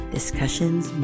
Discussions